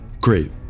Great